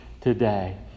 today